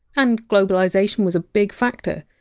and globalisation was a big factor.